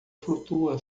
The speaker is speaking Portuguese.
flutua